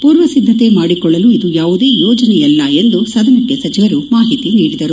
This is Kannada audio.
ಪೂರ್ವ ಸಿದ್ದತೆಮಾಡಿಕೊಳ್ಳಲು ಇದು ಯಾವುದೇ ಯೋಜನೆಯಲ್ಲ ಎಂದು ಸದನಕ್ಕೆ ಸಚಿವರು ಮಾಹಿತಿ ನೀಡಿದರು